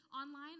online